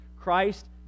Christ